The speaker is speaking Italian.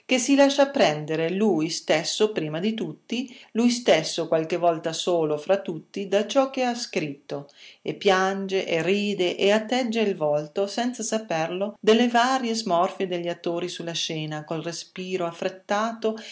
che si lascia prendere lui stesso prima di tutti lui stesso qualche volta solo fra tutti da ciò che ha scritto e piange e ride e atteggia il volto senza saperlo delle varie smorfie degli attori sulla scena col respiro affrettato